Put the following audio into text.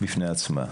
בפני עצמה?